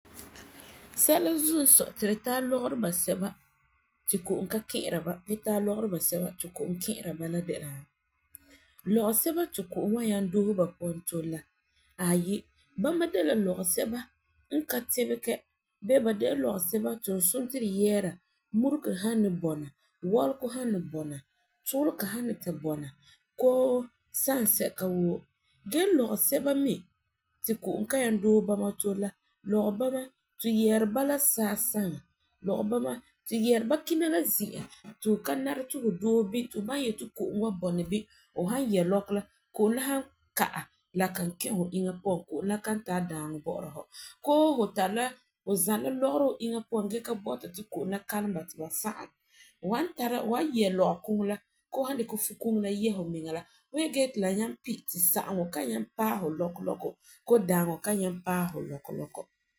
Sɛla zuo n sɔi ti tu tara lɔgerɔ basɛba ti ko'om ka kɛ'ɛri ba gee tara lɔgerɔ basɛba ti ko'om kɛ'ɛra ba de la, lɔgerɔ sɛba ti ko'om wan nyaŋɛ doose ba puan tole la aayi bama de la lɔgeseto n ka tɛbegɛ bee ba de la lɔgeseto ti tu suna ti tu yɛɛra murigere san ni bɔna koo wɔlegɔ san ni bɔna, tuulega san ni bɔna koo sansɛka woo gee lɔgeseba mi ti ko'om ka nyaŋɛ doose bama tole la, lɔkɔ bama ti yɛɛri bama la saa saŋa. Tu yɛɛri ba kina la zi'an ti fu ka nari yo fu doose bini ti fu baŋɛ yeti ko'om wan bɔna bini ti fu san yɛ lɔkɔ la ko'om la san ka'ɛ la kan kɛ fu iŋa puan koo ko'om la kan tara daaŋɔ bɔ'ɔra fu koo fu tari la, fu zala la lɔgerɔ fu iŋa puan gee ka bɔta ti ko'om la kalem ba ti ba sagum fu wan tara fu wan yɛ lɔkɔ koŋɔ la koo fu san dikɛ fuu koŋɔ la yɛ fumiŋa fu yɛ gee ti la nyaŋɛ pi ti sageŋɔ ka nyaŋɛ paɛ fu lɔkɔ koo daaŋɔ ka nyaŋɛ paɛ fu lɔkɔ lɔkɔ.